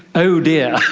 oh dear!